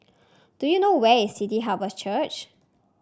do you know where is City Harvest Church